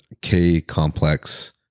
K-complex